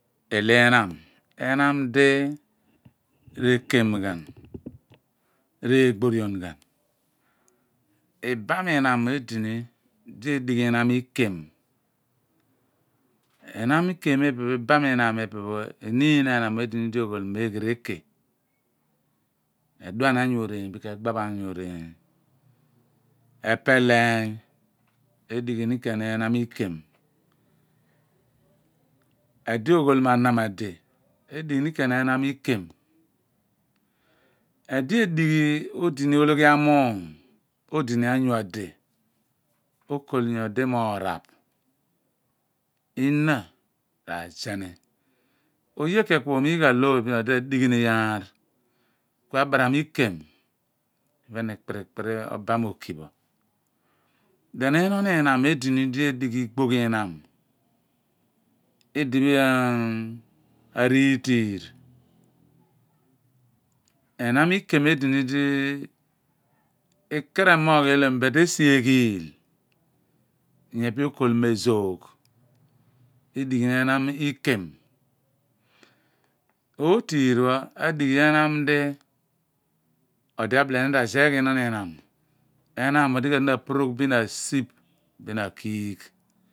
Ilo ihnam: ihnam di re kem ghan reegborion ghan ibam ihnaan edini di odighi ehnan ikem enam ikem ipe pho ibam ihiam mo ipe pho eeniin ehnam edini do oghol mo eghe reke redha angu ooreeny bin ke dagh angu oroony epeleeny edighi ni ken ehnam ikem. Edi oghol mi anam ahle adigku ni ken ehnam ikem edi odighi odini ologhi anuum odini angu ahde okol nyah mo oroogh ihna ra zeh ni oye ken ku omugha loor bin odi ka dighi, ni iyaar ku abaram ikem iphen okpiri obam oki pho then oh mon ihnam edini di odighi igbogh ihnam edipho ariitin ehnam ikem edini di i/kar imoogh elem but esi eghiil nyepe okol mo ezoogh u/ighi ni ikem otiir pho ahghi enaam di odi obile ni razeeghi ihnon ihnam ehnam mi odi ka tue ni porogh bin asiph bin akiigh.